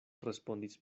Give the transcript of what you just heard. respondis